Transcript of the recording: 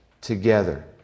together